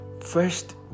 First